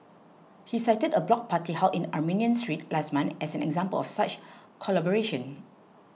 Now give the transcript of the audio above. he cited a block party held in Armenian Street last month as an example of such collaboration